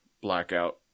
blackout